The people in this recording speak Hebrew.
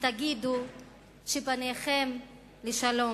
ולהגיד שפניכם לשלום.